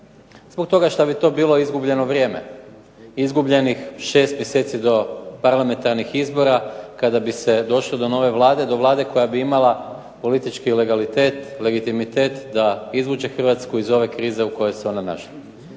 zbog toga što bi to bilo izgubljeno vrijeme. Izgubljenih 6 mjeseci do parlamentarnih izbora kada bi se došlo do nove Vlade, do Vlade koja bi imala politički legalitet, legitimitet da izvuče Hrvatsku iz ove krize u kojoj se ona našla.